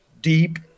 deep